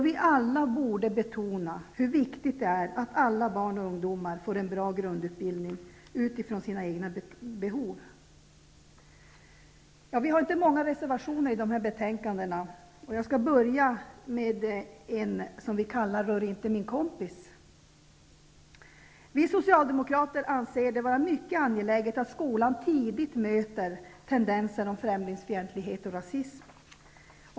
Vi borde alla betona hur viktigt det är att alla barn och ungdomar får en bra grundutbildning utifrån sina egna behov. Vi har inte många reservationer i dessa betänkanden. Jag skall dock börja med en som vi kallar Rör inte min kompis. Vi Socialdemokrater anser att det är mycket angeläget att skolan tidigt möter tendenser till främlingsfientlighet och rasism.